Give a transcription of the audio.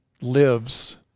lives